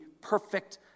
perfect